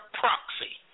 proxy